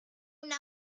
una